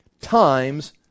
times